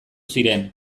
ziren